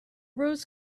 roads